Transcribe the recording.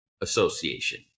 association